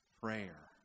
Prayer